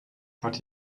but